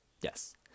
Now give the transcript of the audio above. Yes